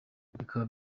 bikaba